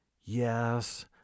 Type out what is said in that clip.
Yes